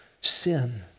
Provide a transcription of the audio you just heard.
sin